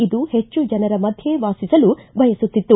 ಇದು ಹೆಚ್ಚು ಜನರ ಮಧ್ಣೆಯೇ ವಾಸಿಸಲು ಬಯಸುತ್ತಿತ್ತು